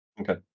okay